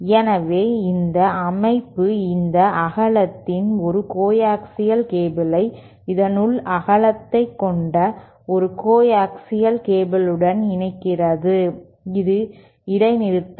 எனவே இந்த அமைப்பு இந்த அகலத்தின் ஒரு கோஆக்சியல் கேபிளை இதன் உள் அகலத்தைக் கொண்ட ஒரு கோஆக்சியல் கேபிளுடன் இணைக்கிறது இது இடைநிறுத்தம்